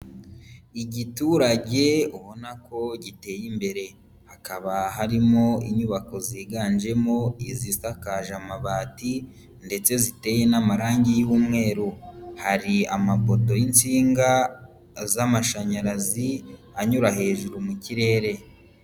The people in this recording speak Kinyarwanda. Igiturage ubona ko giteye imbere hakaba harimo inyubako ziganjemo izisakakaje amabati ndetse ziteye n'amarangi y'umweru, hari amapoto y'insinga z'amashanyarazi anyura hejuru mu kirere.